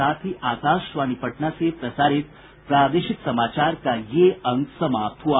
इसके साथ ही आकाशवाणी पटना से प्रसारित प्रादेशिक समाचार का ये अंक समाप्त हुआ